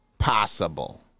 possible